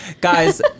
guys